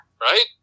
right